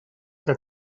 que